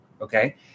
okay